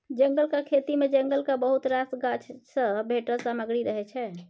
जंगलक खेती मे जंगलक बहुत रास गाछ सँ भेटल सामग्री रहय छै